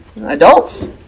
adults